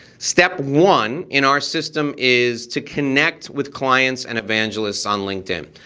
step one in our system is to connect with clients and evangelists on linkedin.